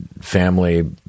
family